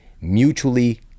mutually